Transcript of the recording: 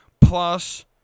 Plus